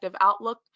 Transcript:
outlook